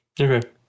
Okay